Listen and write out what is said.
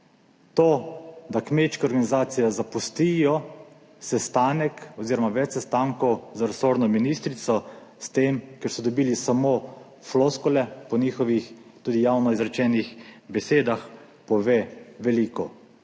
To, da kmečke organizacije zapustijo sestanek oziroma več sestankov z resorno ministrico s tem, ker so dobili samo floskule, po njihovih tudi javno izrečenih besedah pove veliko